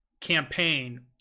campaign